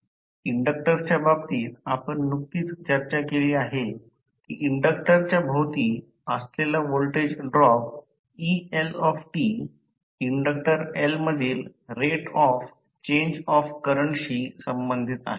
इंडक्टर्सच्या बाबतीत आपण नुकतीच चर्चा केली आहे की इंडक्टरच्या भोवती असलेला voltage drop eLt inductor L मधील रेट ऑफ चेंज ऑफ करंटशी संबंधित आहे